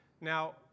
Now